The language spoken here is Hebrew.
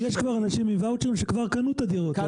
יש אנשים עם ואוצ'רים שכבר קנו את הדירות.